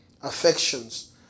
affections